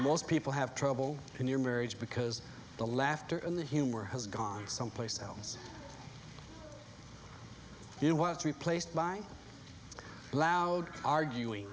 most people have trouble in your marriage because the laughter in the humor has gone someplace else you want replaced by loud arguing